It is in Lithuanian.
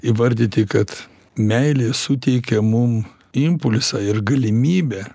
įvardyti kad meilė suteikia mum impulsą ir galimybę